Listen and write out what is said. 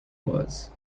was